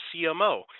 CMO